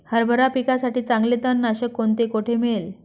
हरभरा पिकासाठी चांगले तणनाशक कोणते, कोठे मिळेल?